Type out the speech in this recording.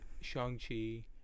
Shang-Chi